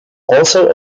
also